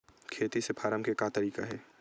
खेती से फारम के का तरीका हे?